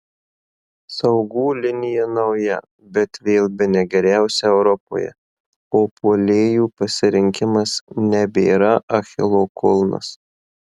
saugų linija nauja bet vėl bene geriausia europoje o puolėjų pasirinkimas nebėra achilo kulnas